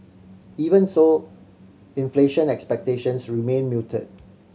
even so inflation expectations remain muted